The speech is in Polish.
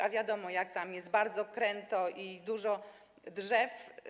A wiadomo, jak tam jest bardzo kręto, jak tam dużo drzew.